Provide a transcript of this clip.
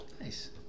Nice